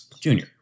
Junior